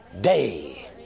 day